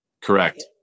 Correct